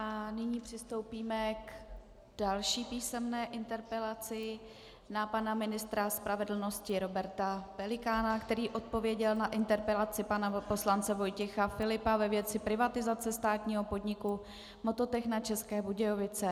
Nyní přistoupíme k další písemné interpelaci, na pana ministra spravedlnosti Roberta Pelikána, který odpověděl na interpelaci pana poslance Vojtěcha Filipa ve věci privatizace státního podniku Mototechna České Budějovice.